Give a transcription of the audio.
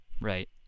Right